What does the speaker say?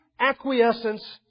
acquiescence